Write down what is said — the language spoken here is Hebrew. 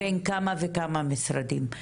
בין כמה וכמה משרדים.